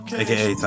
aka